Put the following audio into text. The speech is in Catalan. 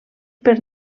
per